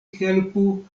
helpu